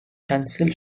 کنسل